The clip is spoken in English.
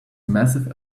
massive